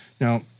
Now